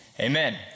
amen